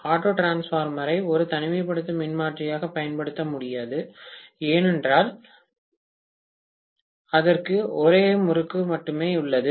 auto டிரான்ஸ்பார்மரை ஒரு தனிமைப்படுத்தும் மின்மாற்றியாகப் பயன்படுத்த முடியாது ஏனெனில் அதற்கு ஒரே முறுக்கு மட்டுமே உள்ளது